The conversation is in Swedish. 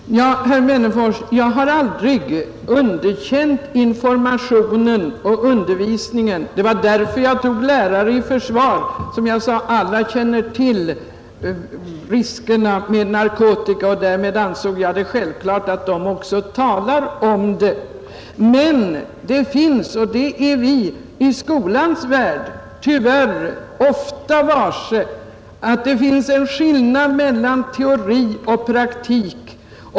Herr talman! Jag har, herr Wennerfors, aldrig underkänt informationen och undervisningen. Det var därför jag tog lärarna i försvar vilka, som jag sade, alla känner till riskerna med mellanölet. Därmed anser jag det självklart att de också talar om det. Men vi i skolans värld blir tyvärr ofta varse att det finns en skillnad mellan teori och praktik.